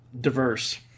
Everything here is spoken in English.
diverse